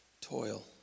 toil